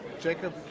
Jacob